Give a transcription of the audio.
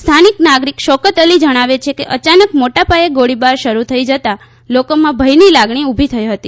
સ્થાનિક નાગરીક શોકત અલી જણાવે છેકે અયાનક મોટાપાયે ગોળીબાર શરૂ થઈ જતાં લોકોમાં ભયની લાગણી ઉલી થઈ હતી